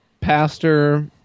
pastor